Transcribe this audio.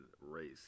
race